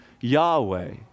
Yahweh